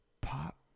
Pop